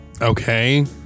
Okay